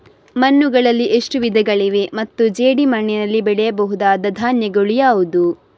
ಮಣ್ಣುಗಳಲ್ಲಿ ಎಷ್ಟು ವಿಧಗಳಿವೆ ಮತ್ತು ಜೇಡಿಮಣ್ಣಿನಲ್ಲಿ ಬೆಳೆಯಬಹುದಾದ ಧಾನ್ಯಗಳು ಯಾವುದು?